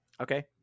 Okay